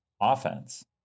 offense